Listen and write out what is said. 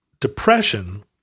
Depression